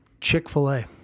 Chick-fil-A